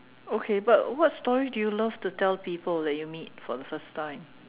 okay but what story do you love to tell people that you meet for the first time